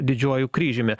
didžiuoju kryžiumi